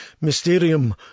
Mysterium